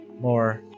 more